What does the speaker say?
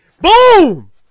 Boom